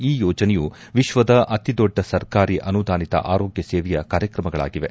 ಈ ಯೋಜನೆಯು ವಿಶ್ವದ ಅತಿ ದೊಡ್ಡ ಸರ್ಕಾರಿ ಅನುದಾನಿತ ಆರೋಗ್ಲ ಸೇವೆಯ ಕಾರ್ಯಕ್ರಮಗಳಾಗಿವೆ